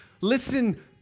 Listen